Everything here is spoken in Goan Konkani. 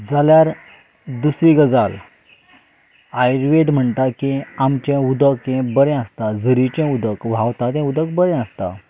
जाल्यार दुसरी गजाल आयुर्वेद म्हणटा की आमचें उदक हें बरें आसता झरीचें उदक व्हांवता तें उदक बरें आसता